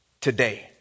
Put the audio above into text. today